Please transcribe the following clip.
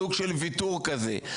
סוג של ויתור כזה,